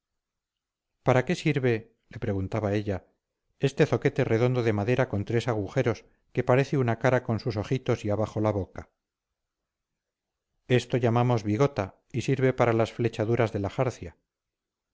para qué sirve le preguntaba ella este zoquete redondo de madera con tres agujeros que parece una cara con sus ojitos y abajo la boca esto llamamos bigota y sirve para las flechaduras de la jarcia